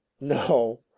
No